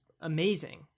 amazing